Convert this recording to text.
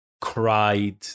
cried